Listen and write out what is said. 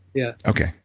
yeah okay.